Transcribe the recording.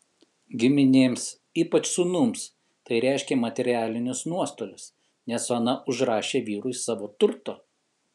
giminėms ypač sūnums tai reiškė materialinius nuostolius nes ona užrašė vyrui savo turto